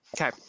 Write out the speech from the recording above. Okay